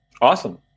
Awesome